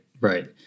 Right